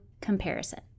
comparison